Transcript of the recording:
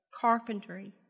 carpentry